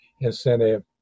incentive